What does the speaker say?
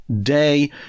day